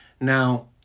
Now